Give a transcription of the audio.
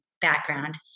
background